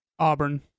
Auburn